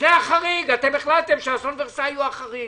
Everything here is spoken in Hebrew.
זה החריג, אתם החלטתם שאסון ורסאי הוא החריג.